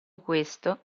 questo